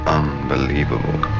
unbelievable